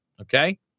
Okay